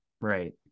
right